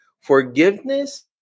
Forgiveness